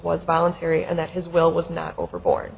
was voluntary and that his will was not overboard